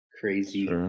crazy